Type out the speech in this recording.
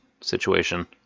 situation